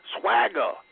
Swagger